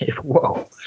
Whoa